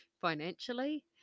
financially